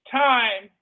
time